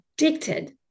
addicted